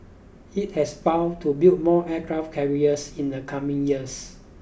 it has vowed to build more aircraft carriers in the coming years